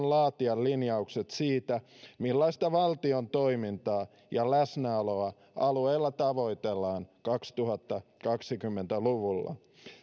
laatia linjaukset siitä millaista valtion toimintaa ja läsnäoloa alueilla tavoitellaan kaksituhattakaksikymmentä luvulla